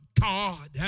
God